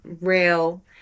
real